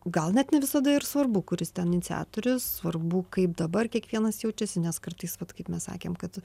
gal net ne visada ir svarbu kuris ten iniciatorius svarbu kaip dabar kiekvienas jaučiasi nes kartais vat kaip mes sakėm kad